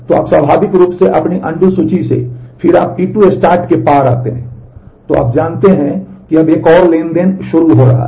तो आप जानते हैं कि अब एक और ट्रांज़ैक्शन शुरू हो रहा है